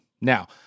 Now